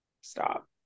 stop